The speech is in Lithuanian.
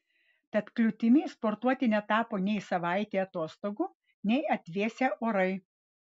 tad kliūtimi sportuoti netapo nei savaitė atostogų nei atvėsę orai